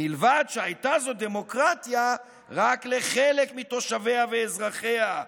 מלבד שהייתה זאת דמוקרטיה רק לחלק מתושביה ואזרחיה,